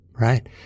Right